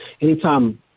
anytime